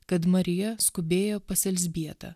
kad marija skubėjo pas elzbietą